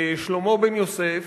שלמה בן-יוסף,